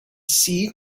see